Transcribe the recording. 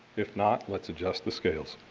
if not, let's adjust the scale.